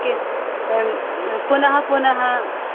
किं पुनःपुनः